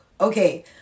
okay